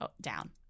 down